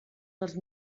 dels